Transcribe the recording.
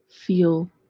feel